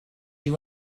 you